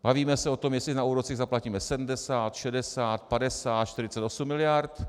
Bavíme se o tom, jestli na úrocích zaplatíme 70, 60, 50, 48 mld.